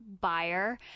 buyer